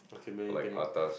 can many things what